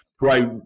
right